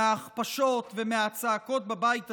מההכפשות ומהצעקות בבית הזה,